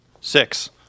six